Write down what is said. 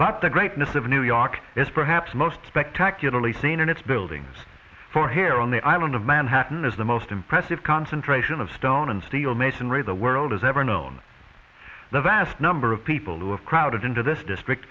but the greatness of new york is perhaps most spectacularly seen in its buildings four here on the island of manhattan is the most impressive concentration of stone and steel masonry the world has ever known the vast number of people who have crowded into this district